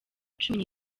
cumi